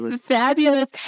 fabulous